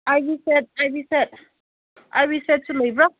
IV ꯁꯦꯠ ꯑꯥꯏꯕꯤ ꯁꯦꯠ ꯑꯥꯏꯕꯤ ꯁꯦꯠꯁꯨ ꯂꯩꯕ꯭ꯔꯣ